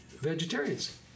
vegetarians